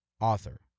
author